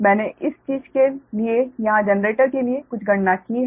मैंने इस चीज़ के लिए यहाँ जनरेटर के लिए कुछ गणना की है